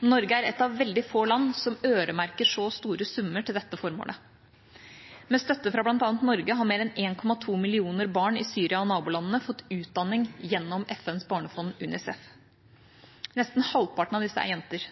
Norge er et av veldig få land som øremerker så store summer til dette formålet. Med støtte fra bl.a. Norge har mer enn 1,2 millioner barn i Syria og nabolandene fått utdanning gjennom FNs barnefond, UNICEF. Nesten halvparten av disse er jenter.